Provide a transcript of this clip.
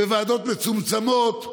בוועדות מצומצמות,